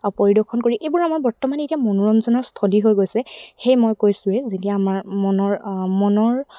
পৰিদৰ্শন কৰি এইবোৰ আমাৰ বৰ্তমানে এতিয়া মনোৰঞ্জনৰ স্থলী হৈ গৈছে সেই মই কৈছোৱে যেতিয়া আমাৰ মনৰ মনৰ